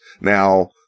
Now